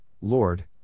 Lord